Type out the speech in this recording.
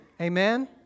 Amen